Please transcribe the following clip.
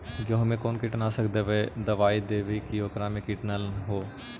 गेहूं में कोन कीटनाशक दबाइ देबै कि ओकरा मे किट न हो?